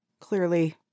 clearly